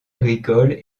agricole